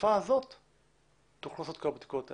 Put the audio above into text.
ובתקופה הזאת תוכלו לעשות את כל הבדיקות האלה.